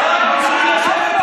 רצית להיות עם